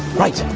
right.